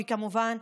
וכמובן,